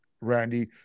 Randy